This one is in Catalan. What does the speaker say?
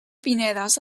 pinedes